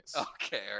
okay